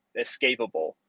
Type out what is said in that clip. escapable